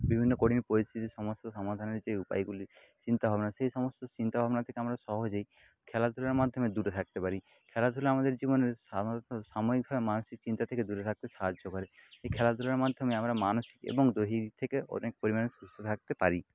বিভিন্ন কঠিন পরিস্থিতির সমস্যার সমাধানের যে উপায়গুলি চিন্তা ভাবনা সেই সমস্ত চিন্তা ভাবনা থেকে আমরা সহজেই খেলাধুলার মাধ্যমে দূরে থাকতে পারি খেলাধুলা আমাদের জীবনের সাময়িকভাবে মানসিক চিন্তা থেকে দূরে থাকতে সাহায্য করে এই খেলাধুলার মাধ্যমে আমরা মানসিক এবং দৈহিক দিক থেকে অনেক পরিমাণে সুস্থ থাকতে পারি